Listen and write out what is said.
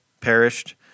perished